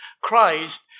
Christ